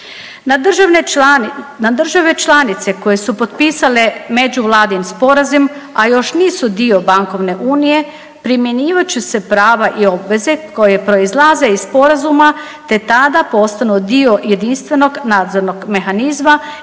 Na države članice koje su potpisale međuvladin sporazum, a još nisu dio bankovne unije primjenjivat će se prava i obveze koje proizlaze iz sporazuma te tada postanu dio jedinstvenog nadzornog mehanizma